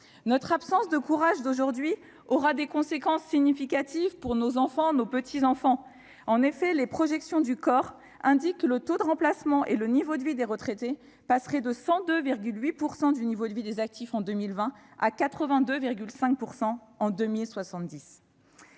Notre absence de courage aujourd'hui aura des conséquences significatives pour nos enfants et nos petits-enfants. En effet, les projections du Conseil d'orientation des retraites (COR) indiquent que le taux de remplacement, et donc le niveau de vie des retraités, passerait de 102,8 % du niveau de vie des actifs en 2020 à 82,5 % en 2070.